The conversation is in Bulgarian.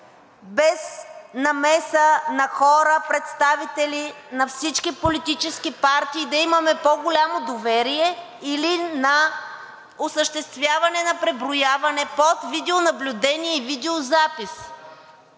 без намеса на хора, представители на всички политически партии, да имаме по-голямо доверие, или на осъществяване на преброяване под видеонаблюдение и видеозапис.